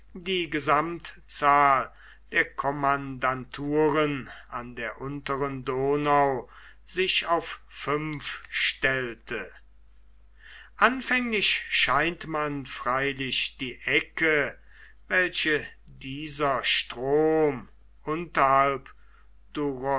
die gesamtzahl der kommandanturen an der unteren donau sich auf fünf stellte anfänglich scheint man freilich die ecke welche dieser strom unterhalb